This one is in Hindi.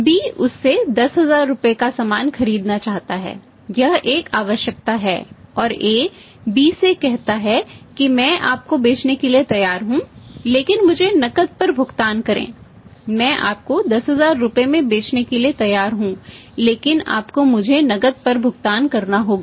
B उससे 10000 रुपये का सामान खरीदना चाहता है यह एक आवश्यकता है और A B से कहता है कि मैं आपको बेचने के लिए तैयार हूं लेकिन मुझे नकद पर भुगतान करें मैं आपको 10000 रुपये में बेचने के लिए तैयार हूं लेकिन आपको मुझे नकद पर भुगतान करना होगा